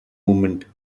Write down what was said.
movement